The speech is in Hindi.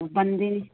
बन्दीन